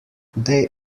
they